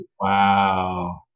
Wow